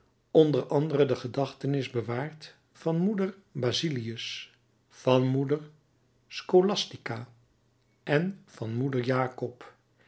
onder andere de gedachtenis bewaard van moeder bazilius van moeder scolastica en van moeder jakob